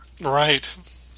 right